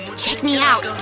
check me out!